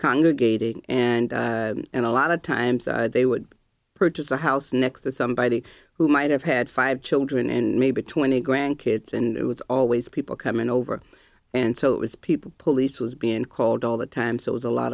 congregating and and a lot of times they would purchase a house next to somebody who might have had five children and maybe twenty grandkids and it was always people coming over and so it was people police was being called all the time so it was a lot